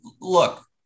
look